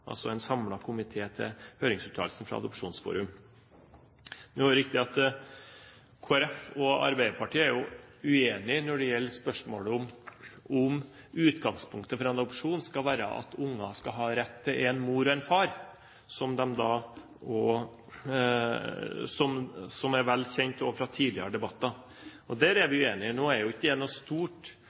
altså en samlet komité til høringsuttalelsen fra Adopsjonsforum. Nå er det riktig at Kristelig Folkeparti og Arbeiderpartiet er uenige når det gjelder spørsmålet om utgangspunktet for en adopsjon skal være at barn skal ha rett til en mor og en far, som er vel kjent også fra tidligere debatter. Der er vi uenige. Nå er ikke det noe stort